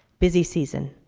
busy season.